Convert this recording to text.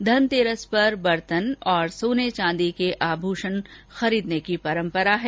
धनतेरस पर बरतन और सोने चांदी के आभूषण खरीदने की परम्परा है